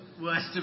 worst